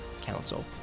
Council